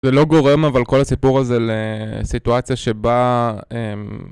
זה לא גורם, אבל כל הסיפור הזה לסיטואציה שבה...